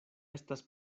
estas